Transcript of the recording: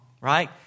right